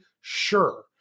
Sure